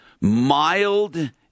mild